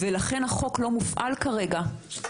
ולכן החוק לא מופעל כרגע.